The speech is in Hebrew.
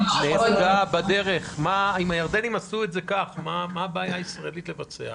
אם הירדנים עשו את זה כך, מה הבעיה הישראלית לבצע?